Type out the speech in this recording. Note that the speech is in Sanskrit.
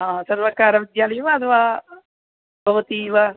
हा सर्वकारविद्यालये वा अथवा भवतीव